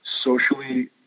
socially